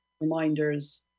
reminders